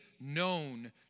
known